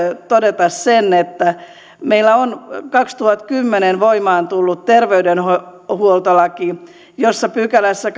todeta sen että meillä on kaksituhattakymmenen voimaan tullut terveydenhuoltolaki jossa kahdennessakymmenennessäneljännessä pykälässä